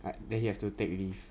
but then you have to take leave